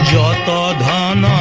da da da